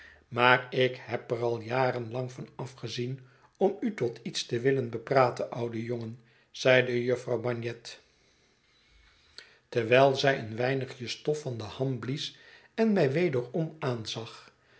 maar ik heb er al jaren lang van afgezien om u tot iets te willen bepraten oude jongen zeidé jufvrouw bagnet terwijl zij een weinigje stof van de ham blies en mij wederom aanzag